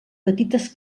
petites